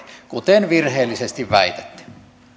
kuten virheellisesti väitätte